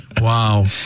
Wow